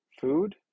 food